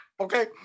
Okay